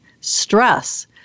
stress